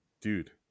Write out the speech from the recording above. Dude